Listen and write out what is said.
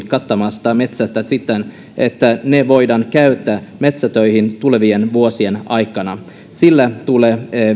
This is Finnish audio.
kaatamasta metsästä siten että ne voidaan käyttää metsätöihin tulevien vuosien aikana sillä tulee